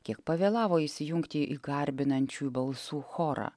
kiek pavėlavo įsijungti į garbinančiųjų balsų chorą